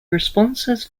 responses